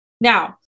Now